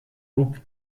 rope